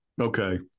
Okay